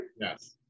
Yes